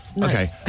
Okay